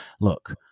look